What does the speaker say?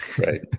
right